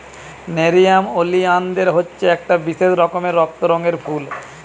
nerium oleander হচ্ছে একটা বিশেষ রকমের রক্ত রঙের ফুল